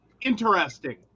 interesting